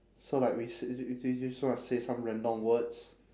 so like we s~ we we we just want to say some random words